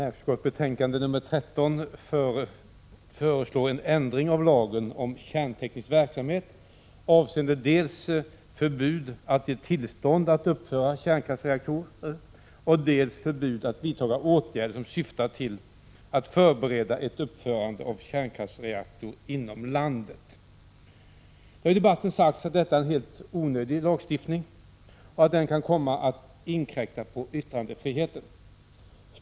Herr talman! I näringsutskottets betänkande 13 föreslås en ändring av lagen ”om kärnteknisk verksamhet”, avseende dels förbud ”att ge tillstånd att uppföra kärnkraftsreaktor”, dels förbud ”att vidtaga åtgärder som syftar till att förbereda ett uppförande av kärnkraftsreaktor inom landet”. Det har i debatten sagts att detta är en helt onödig lagstiftning och att den kan komma att inkräkta på yttrandefriheten.